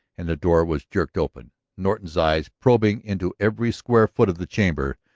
and the door was jerked open. norton's eyes, probing into every square foot of the chamber,